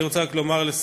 אני רק רוצה לומר לסיום,